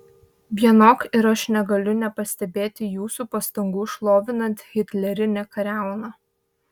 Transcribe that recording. vienok ir aš negaliu nepastebėti jūsų pastangų šlovinant hitlerinę kariauną